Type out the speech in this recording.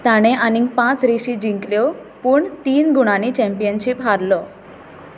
ताणें आनीक पांच रेशी जिंकल्यो पूण तीन गुणांनी चॅम्पियनशीप हारलो